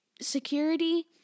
security